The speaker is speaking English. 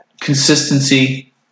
Consistency